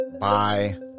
Bye